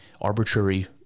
arbitrary